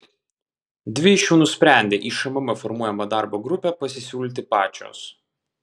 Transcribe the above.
dvi iš jų nusprendė į šmm formuojamą darbo grupę pasisiūlyti pačios